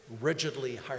rigidly